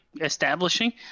establishing